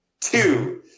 Two